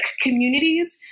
communities